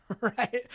Right